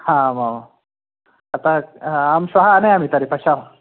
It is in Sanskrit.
आमाम् अतः अहं श्वः आनयामि तर्हि पश्यतु